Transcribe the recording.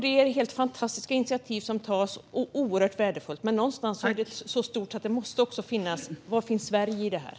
Det är helt fantastiskt initiativ som tas och oerhört värdefullt. Men någonstans är det så stort att det också måste finnas annat. Var finns Sverige i detta?